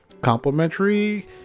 complimentary